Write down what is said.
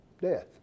Death